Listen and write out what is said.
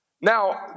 Now